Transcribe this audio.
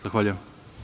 Zahvaljujem.